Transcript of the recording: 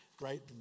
right